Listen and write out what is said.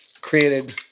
created